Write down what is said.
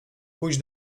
pójdź